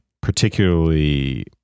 particularly